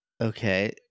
Okay